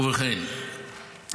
ובכן,